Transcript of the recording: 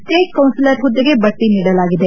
State councillor ಹುದ್ದೆಗೆ ಬಡ್ತಿ ನೀಡಲಾಗಿದೆ